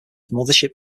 mothership